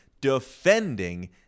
defending